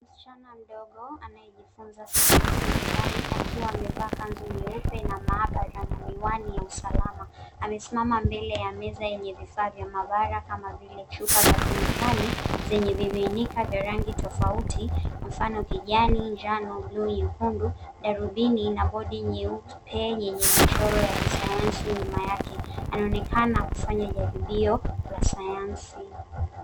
Msichana mdogo anayejifunza sayansi nyumbani, akiwa amevaa kanzu nyeupe na maabara na miwani ya usalama. Amesimama mbele ya meza yenye vifaa vya maabara kama vile, chupa za kemikali zenye vimiminika vya rangi tofauti, mfano, kijani, njano, blue , nyekundu. Darubini ina bodi nyeupe yenye michoro ya kisayansi nyuma yake. Anaonekana kufanya jaribio ya sayansi.